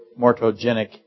mortogenic